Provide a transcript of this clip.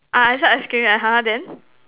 ah I say ice cream eh !huh! then